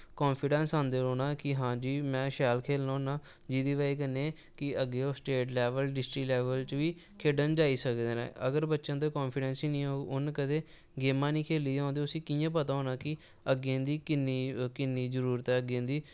confidence आंदे रौह्ना ऐ कि हां जी में शैल खेलना होन्ना जेह्दी बजह् कन्नै ओह् अग्गैं स्टैट लैवल डिस्टिक लैवल च बी खेढन जाई सकदे न अगर बच्चें च कांफिडैंस गै निं होग उन्न कदैं गेमां गै निं खेली दियां होङन ते उस्सी कि'यां पता होना कि अग्गैं इं'दी किन्नी जरूरत ऐ अग्गैं इं'दी